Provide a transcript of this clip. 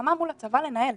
מלחמה מול הצבא לנהל.